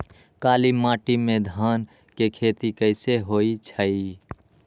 काली माटी में धान के खेती कईसे होइ छइ?